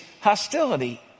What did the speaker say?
hostility